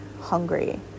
hungry